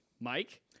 Mike